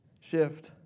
shift